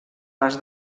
les